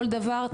כל דבר,